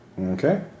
Okay